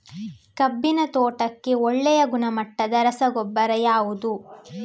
ಕಬ್ಬಿನ ತೋಟಕ್ಕೆ ಒಳ್ಳೆಯ ಗುಣಮಟ್ಟದ ರಸಗೊಬ್ಬರ ಯಾವುದು?